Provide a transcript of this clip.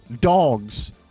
dogs